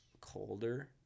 colder